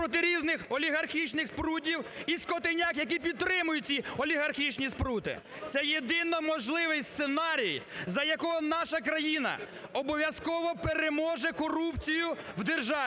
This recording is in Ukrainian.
проти різних олігархічних спрутів і скотиняк, які підтримують ці олігархічні спрути. Це єдино можливий сценарій, за якого наша країна обов'язково переможе корупцію в державі,